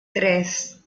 tres